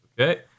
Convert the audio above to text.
okay